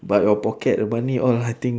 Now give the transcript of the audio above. but your pocket the money all ah I think